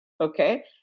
okay